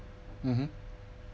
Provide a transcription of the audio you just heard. mmhmm